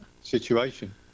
situation